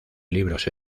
libros